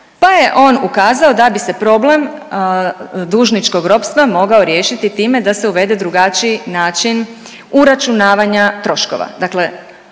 pa je on ukazao da bi se problem dužničkog ropstva mogao riješiti time da se uvede drugačiji način uračunavanja troškova.